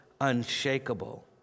unshakable